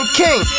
king